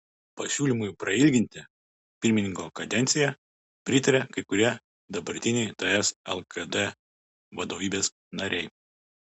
pasiūlymui prailginti pirmininko kadenciją pritaria kai kurie dabartiniai ts lkd vadovybės nariai